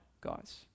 guys